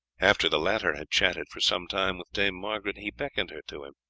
after the latter had chatted for some time with dame margaret he beckoned her to him.